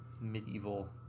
medieval